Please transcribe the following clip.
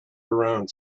around